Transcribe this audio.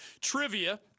Trivia